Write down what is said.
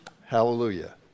Hallelujah